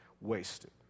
wasted